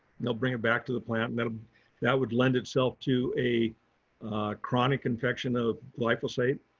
they'll bring it back to the plant and that um that would lend itself to a chronic infection of glyphosate.